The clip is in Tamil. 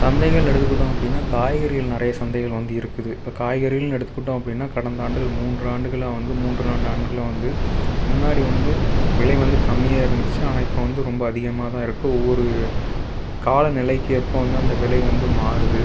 சந்தைகள் எடுத்துக்கிட்டோம் அப்படின்னா காய்கறிகள் நிறைய சந்தைகள் வந்து இருக்குது இப்போ காய்கறிகள்னு எடுத்துக்கிட்டோம் அப்படின்னா கடந்த ஆண்டுகள் மூன்று ஆண்டுகளாக வந்து மூன்று நான்கு ஆண்டுகளாக வந்து முன்னாடி வந்து விலை வந்து கம்மியாக இருந்துச்சு ஆனால் இப்போ வந்து ரொம்ப அதிகமாக தான் இருக்குது ஒவ்வொரு கால நிலைக்கு ஏற்ப வந்து அந்த விலை வந்து மாறுது